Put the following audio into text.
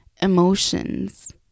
emotions